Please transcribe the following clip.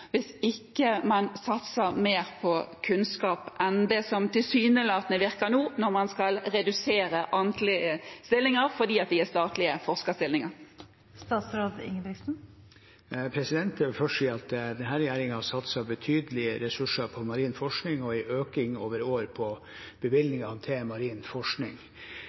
man ikke satser mer på kunnskap enn det tilsynelatende virker som nå, når man skal redusere antallet stillinger fordi det er statlige forskerstillinger? Jeg vil først si at denne regjeringen har satset betydelige ressurser på marin forskning og hatt en økning over år på bevilgningene til marin forskning.